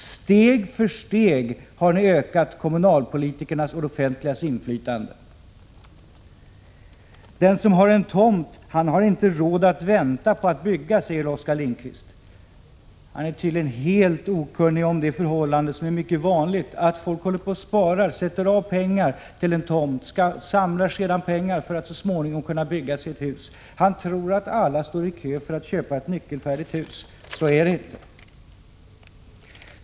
Steg för steg har ni ökat kommunalpolitikernas och det offentligas inflytande. Den som har en tomt har inte råd att vänta med att bygga, säger Oskar Lindkvist vidare. Han är tydligen helt okunnig om det förhållandet, som är mycket vanligt, att folk först håller på att spara och sätta av pengar till en tomt, sedan samlar pengar för att så småningom kunna bygga sig ett hus. Han tycks tro att alla står i kö för att köpa sig ett nyckelfärdigt hus. Så är det inte.